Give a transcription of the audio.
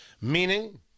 Meaning